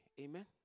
Amen